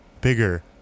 bigger